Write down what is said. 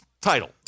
title